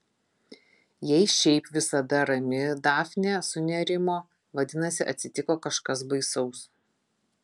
jei šiaip visada rami dafnė sunerimo vadinasi atsitiko kažkas baisaus